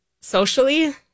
socially